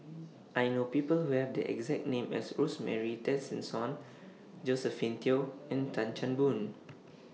I know People Who Have The exact name as Rosemary Tessensohn Josephine Teo and Tan Chan Boon